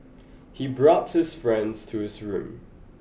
he brought his friends to his room